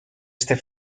este